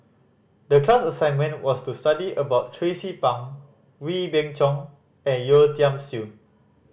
the class assignment was to study about Tracie Pang Wee Beng Chong and Yeo Tiam Siew